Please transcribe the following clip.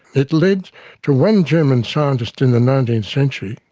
it led to one german scientist in the nineteenth century,